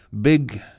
big